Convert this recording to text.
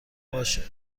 باشه